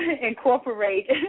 incorporate